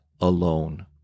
alone